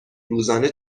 روزانه